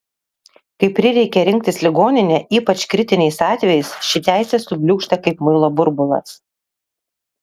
kai prireikia rinktis ligoninę ypač kritiniais atvejais ši teisė subliūkšta kaip muilo burbulas